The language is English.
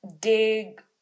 dig